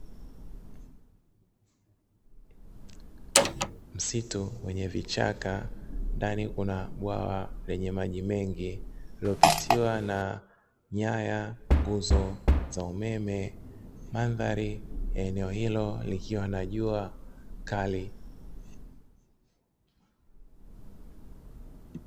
Msitu wenye vichaka, ndani kuna bwawa lenye maji mengi, lililopitiwa na nyaya za nguzo ya umeme. Mandhari ya eneo hilo ikiwa na jua kali.